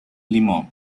limón